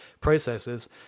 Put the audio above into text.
processes